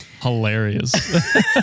hilarious